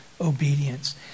obedience